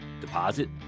deposit